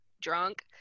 drunk